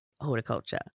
horticulture